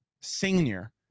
senior